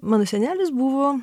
mano senelis buvo